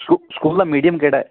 ਸਕੂ ਸਕੂਲ ਦਾ ਮੀਡੀਅਮ ਕਿਹੜਾ ਹੈ